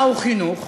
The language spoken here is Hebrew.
מהו חינוך?